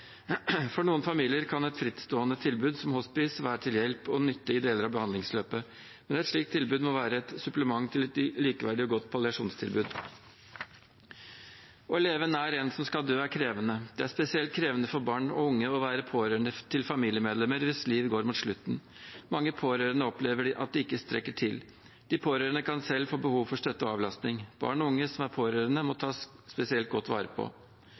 For noen familier kan et frittstående tilbud som hospice være til hjelp og nytte i deler av behandlingsløpet, men et slikt tilbud må være et supplement til et likeverdig og godt palliasjonstilbud. Å leve nær en som skal dø, er krevende. Det er spesielt krevende for barn og unge å være pårørende til familiemedlemmer hvis liv går mot slutten. Mange pårørende opplever at de ikke strekker til. De pårørende kan selv få behov for støtte og avlastning. Barn og unge som er pårørende, må tas spesielt godt vare på.